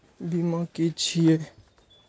बीमा की छी ये?